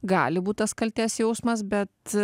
gali būt tas kaltės jausmas bet